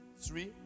three